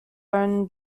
own